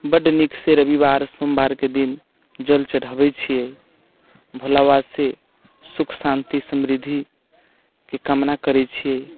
बड्ड नीकसँ रविवार सोमवारके दिन जल चढ़बैत छियै भोला बाबासँ सुख शान्ति समृद्धिके कामना करैत छियै